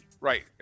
Right